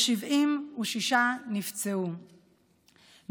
ו-76 נפצעו,